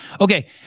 Okay